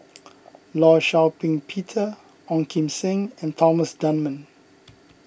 Law Shau Ping Peter Ong Kim Seng and Thomas Dunman